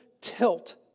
tilt